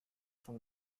from